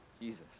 Jesus